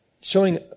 showing